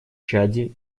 чаде